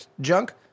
junk